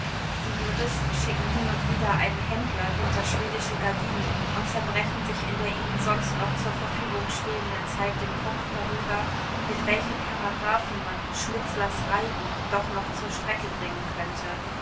die juristen schicken hin und wieder einen händler hinter schwedische gardinen und zerbrechen sich in der ihnen sonst noch zur verfügung stehenden zeit den kopf darüber mit welchem paragraphen man schnitzlers reigen doch noch zur strecke bringen könnte